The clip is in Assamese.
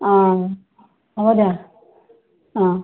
অঁ হয় দে অঁ